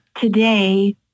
today